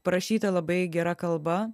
parašyta labai gera kalba